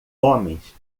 homens